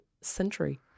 century